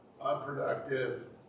unproductive